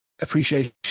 appreciation